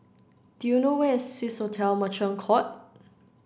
do you know where is Swissotel Merchant Court